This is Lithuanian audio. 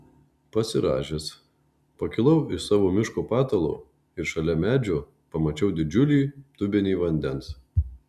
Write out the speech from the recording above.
pasirąžęs pakilau iš savo miško patalo ir šalia medžio pamačiau didžiulį dubenį vandens